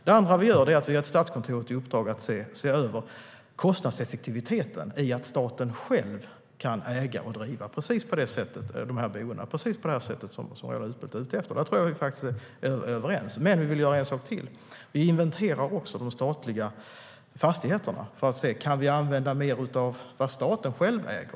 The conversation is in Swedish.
Det andra är att vi har gett Statskontoret i uppdrag att se över kostnadseffektiviteten i att staten själv kan äga och driva boenden, precis på det sätt som Roland Utbult är ute efter. Där tror jag faktiskt att vi är överens. Men vi vill göra en sak till: Vi inventerar också de statliga fastigheterna för att se om vi kan använda mer av vad staten själv äger.